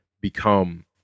become